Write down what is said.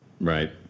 Right